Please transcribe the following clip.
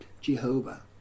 Jehovah